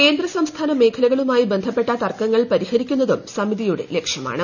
കേന്ദ്ര സംസ്ഥാന മേഖലകളുമായി ബന്ധപ്പെട്ട തർക്കങ്ങൾ പരിഹരിക്കുന്നതും സമിതിയുടെ ലക്ഷ്യമാണ്